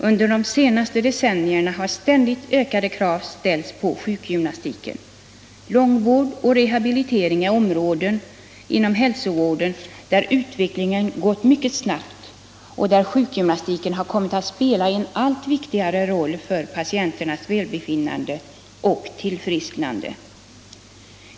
Under de senaste decennierna har ständigt ökade krav ställts på sjukgymnastiken. Långvård och rehabilitering är områden inom hälsovården, där utvecklingen går mycket snabbt och där sjukgymnastiken har kommit att spela en allt viktigare roll för patienternas välbefinnande och tillfrisknande.